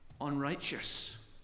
unrighteous